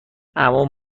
عموم